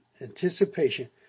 anticipation